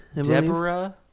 Deborah